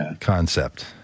concept